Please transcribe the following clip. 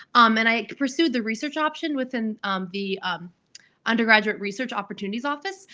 um and i pursued the research option within the undergraduate research opportunities office.